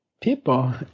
people